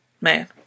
man